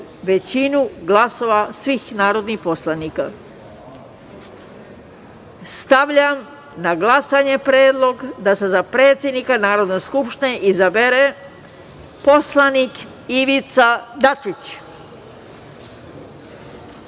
većinu glasova svih narodnih poslanika. Stavljam na glasanje predlog da se za predsednika Narodne skupštine izabere poslanik Ivica